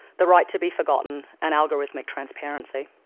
the right to be forgotten and algorithmic transparency.